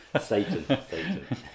Satan